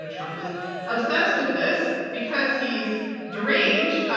ah trump is obsessed with this because he's deranged.